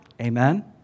Amen